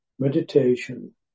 Meditation